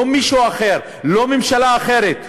לא מישהו אחר, לא ממשלה אחרת.